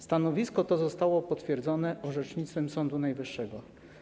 Stanowisko to zostało potwierdzone orzecznictwem Sądu Najwyższego.